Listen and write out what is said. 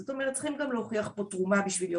זאת אומרת שצריכים גם להוכיח פה תרומה על מנת להיות